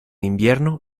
invierno